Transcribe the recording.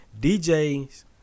DJs